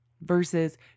Versus